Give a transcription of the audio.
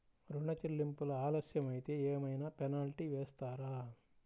ఋణ చెల్లింపులు ఆలస్యం అయితే ఏమైన పెనాల్టీ వేస్తారా?